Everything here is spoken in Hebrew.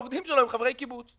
העובדים שלו הם חברי קיבוץ.